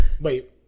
Wait